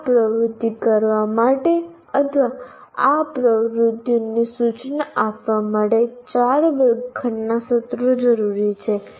આ પ્રવૃત્તિ કરવા માટે અથવા આ પ્રવૃત્તિની સૂચના આપવા માટે ચાર વર્ગખંડના સત્રો જરૂરી છે